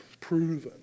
proven